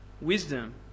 Wisdom